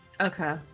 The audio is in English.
Okay